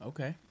Okay